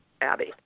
Abby